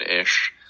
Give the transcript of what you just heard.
ish